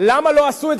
למה לא עשו את זה כשהיו,